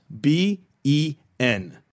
b-e-n